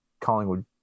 Collingwood